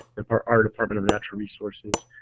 our our department of natural resources,